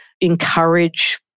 encourage